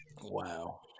Wow